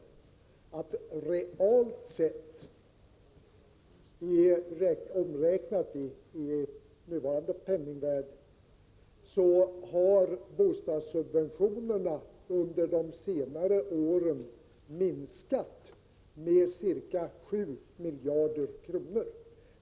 Realt sett och omräknat i nuvarande penningvärde har bostadssubventionerna under senare år minskat med ca 7 miljarder kronor.